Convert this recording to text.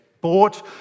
bought